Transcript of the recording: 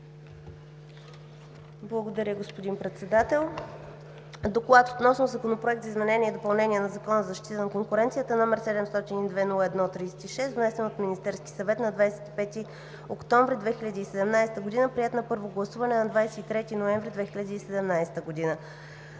Благодаря, господин Председател. „Доклад относно Законопроект за изменение и допълнение на Закона за защита на конкуренцията, № 702-01-36, внесен от Министерския съвет на 25 октомври 2017 г., приет на първо гласуване на 23 ноември 2017 г.“